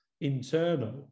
internal